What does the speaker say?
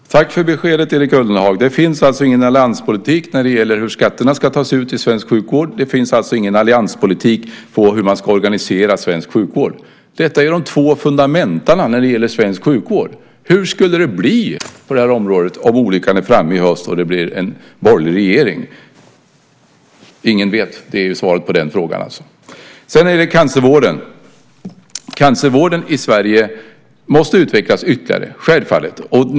Herr talman! Tack för beskedet, Erik Ullenhag. Det finns alltså ingen allianspolitik när det gäller hur skatterna ska tas ut till svensk sjukvård. Det finns alltså ingen allianspolitik när det gäller hur man ska organisera svensk sjukvård. Detta är de två fundamenta när det gäller svensk sjukvård. Hur skulle det bli på det här området om olyckan är framme i höst och det blir en borgerlig regering? Ingen vet. Det är alltså svaret på den frågan. Cancervården i Sverige måste självfallet utvecklas ytterligare.